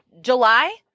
July